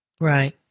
Right